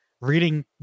reading